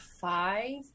five